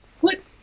put